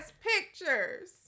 pictures